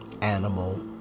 animal